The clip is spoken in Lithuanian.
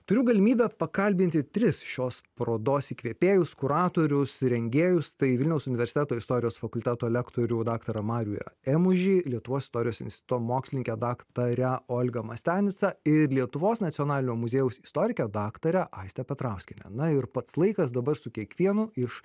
turiu galimybę pakalbinti tris šios parodos įkvėpėjus kuratorius rengėjus tai vilniaus universiteto istorijos fakulteto lektorių daktarą marių emužį lietuvos istorijos instituto mokslininkę daktarę olgą mastianicą ir lietuvos nacionalinio muziejaus istorikę daktarę aistę petrauskienę na ir pats laikas dabar su kiekvienu iš